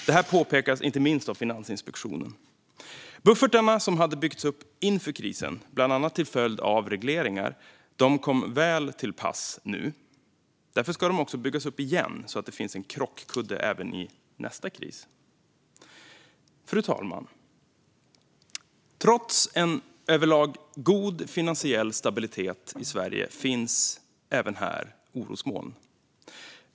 Detta påpekas inte minst av Finansinspektionen. Buffertarna som hade byggts upp inför krisen, bland annat till följd av regleringar, kom väl till pass nu. Därför ska de byggas upp igen så att det finns en krockkudde även i nästa kris. Fru talman! Trots en överlag god finansiell stabilitet i Sverige finns det orosmoln även här.